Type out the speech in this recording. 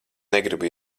negribu